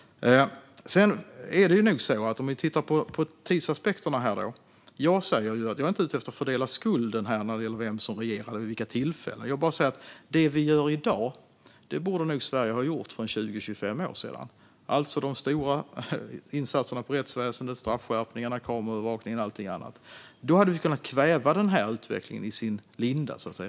Låt oss titta på tidsaspekterna. Jag är inte ute efter att fördela skulden utifrån vem som regerade vid vilka tillfällen. Det jag säger är att det vi gör i dag borde Sverige ha gjort för 20-25 år sedan, alltså de stora satsningarna på rättsväsendet, straffskärpningarna, kameraövervakningen med mera. Då hade vi kunnat kväva denna utveckling i sin linda.